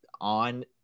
on –